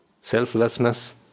Selflessness